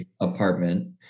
apartment